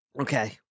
Okay